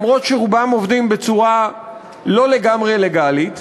למרות שרובם עובדים בצורה לא לגמרי לגלית.